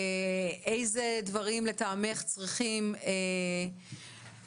אילו דברים לטעמך צריכים להשתפר,